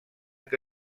què